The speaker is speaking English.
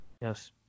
Yes